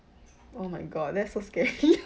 oh my god that's so scary